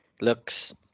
looks